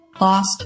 Lost